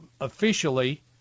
officially